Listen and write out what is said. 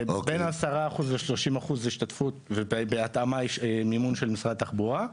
בין 30%-10% השתתפות ובהתאמה מימון של משרד התחבורה.